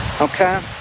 Okay